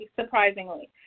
surprisingly